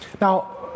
Now